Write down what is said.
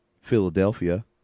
Philadelphia